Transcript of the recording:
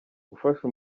gufasha